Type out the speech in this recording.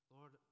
Lord